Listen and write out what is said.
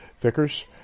Vickers